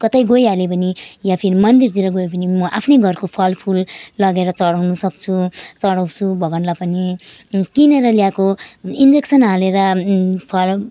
कतै गइहालेँ भने वा फिर मन्दिरतिर गएँ भने म आफ्नै घरको फल फुल लगेर चढाउनु सक्छु चढाउँछु भगवान्लाई पनि किनेर ल्याएको इन्जेक्सन हालेर फरम